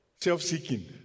self-seeking